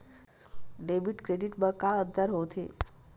Debit credit मा का अंतर होत हे?